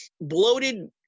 bloated